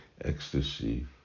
ecstasy